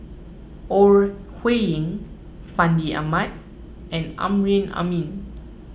Ore Huiying Fandi Ahmad and Amrin Amin